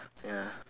ya